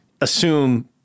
assume